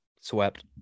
Swept